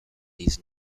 these